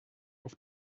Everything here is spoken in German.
auf